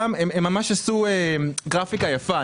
שם הם ממש עשו גרפיקה יפה,